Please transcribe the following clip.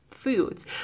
Foods